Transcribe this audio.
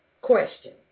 question